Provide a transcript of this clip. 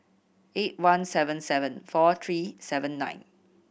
eight one seven seven four three seven nine